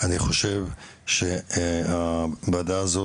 אני חושב שהוועדה הזו